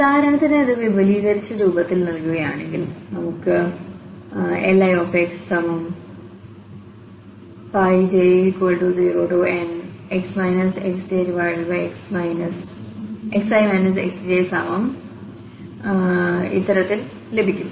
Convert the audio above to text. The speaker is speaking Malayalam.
ഉദാഹരണത്തിന് ഇത് വിപുലീകരിച്ച രൂപത്തിൽ എഴുതുകയാണെങ്കിൽ നമുക്ക് Lixj0 j≠i nx xjxi xjx x0x x1x xi 1x xi1xi x0xi x1xi xi 1xi xi1ലഭിക്കും